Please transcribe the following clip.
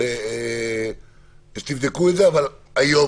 שתבדקו את זה היום,